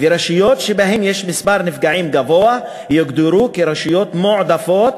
ורשויות שבהן יש מספר נפגעים גבוה יוגדרו כרשויות מועדפות